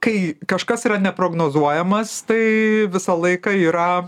kai kažkas yra neprognozuojamas tai visą laiką yra